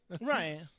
right